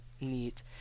neat